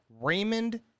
Raymond